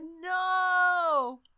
no